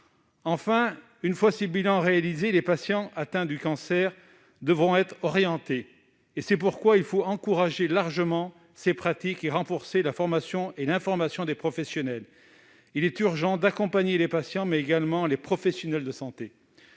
Enfin, une fois ces bilans réalisés, les patients atteints du cancer devront être orientés. C'est pourquoi il faut encourager largement ces pratiques et renforcer la formation et l'information des professionnels. Il est urgent d'accompagner les patients, mais également les professionnels de santé.